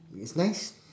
it's nice